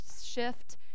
shift